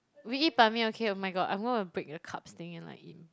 we eat 板面 okay oh my god I'm gonna break the carbs thing and like eat